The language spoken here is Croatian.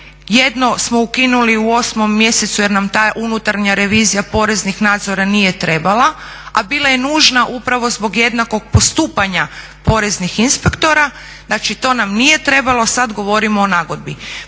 Jedno smo ukinuli u 8 mjesecu jer nam ta unutarnja revizija poreznih nadzora nije trebala, a bila je nužna upravo zbog jednakog postupanja poreznih inspektora. Znači, to nam nije trebalo. Sad govorimo o nagodbi.